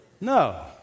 No